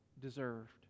deserved